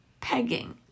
pegging